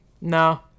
no